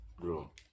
Bro